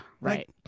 right